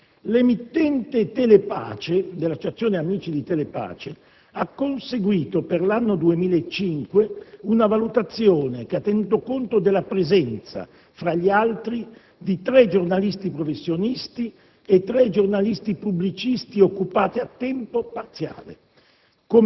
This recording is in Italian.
L'emittente Telepace (dell'Associazione Amici di Telepace) ha conseguito per l'anno 2005 una valutazione che ha tenuto conto della presenza, fra gli altri, di tre giornalisti professionisti e tre giornalisti pubblicisti occupati a tempo parziale,